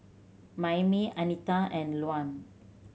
Mayme Anita and Lum